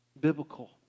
biblical